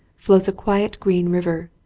flows a quiet green river,